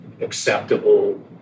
acceptable